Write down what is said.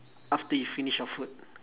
after you finish your food